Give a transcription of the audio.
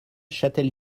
châtel